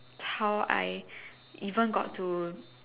how I even got to